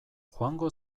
joango